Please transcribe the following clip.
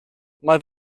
mae